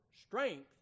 strength